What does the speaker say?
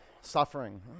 suffering